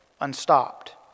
unstopped